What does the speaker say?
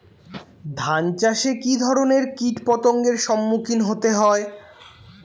ধান চাষে কী ধরনের কীট পতঙ্গের সম্মুখীন হতে হয়?